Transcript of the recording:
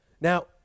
Now